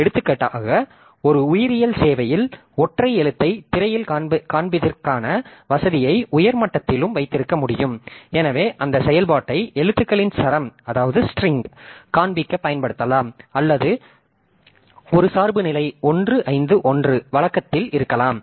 எடுத்துக்காட்டாக ஒரு உயிரியல் சேவையில் ஒற்றை எழுத்தை திரையில் காண்பிப்பதற்கான வசதியை உயர் மட்டத்திலும் வைத்திருக்க முடியும் எனவே அந்தச் செயல்பாட்டை எழுத்துக்களின் சரம் காண்பிக்க பயன்படுத்தலாம் அல்லது ஒரு சார்பு நிலை 1 5 1 வழக்கத்தில் இருக்கலாம்